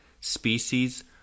species